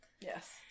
Yes